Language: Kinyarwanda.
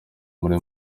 muri